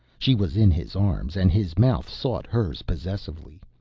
she was in his arms and his mouth sought hers possessively.